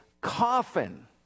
coffin